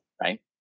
right